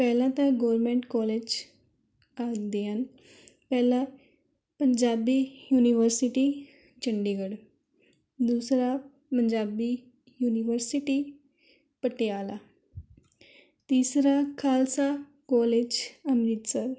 ਪਹਿਲਾਂ ਤਾਂ government college ਆਉਂਦੇ ਹਨ ਪਹਿਲਾ ਪੰਜਾਬੀ ਯੂਨੀਵਰਸਿਟੀ ਚੰਡੀਗੜ੍ਹ ਦੂਸਰਾ ਪੰਜਾਬੀ ਯੂਨੀਵਰਸਿਟੀ ਪਟਿਆਲਾ ਤੀਸਰਾ ਖ਼ਾਲਸਾ ਕੋਲਜ ਅੰਮ੍ਰਿਤਸਰ